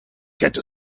get